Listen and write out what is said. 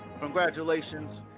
Congratulations